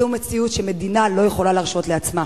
זאת מציאות שמדינה לא יכולה להרשות עצמה.